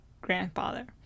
grandfather